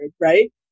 right